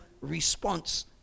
response